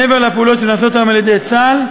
מעבר לפעולות שנעשות היום על-ידי צה"ל,